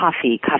coffee